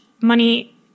money